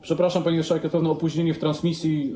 Przepraszam, pani marszałek, za pewne opóźnienie w transmisji.